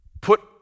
Put